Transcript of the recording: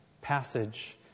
passage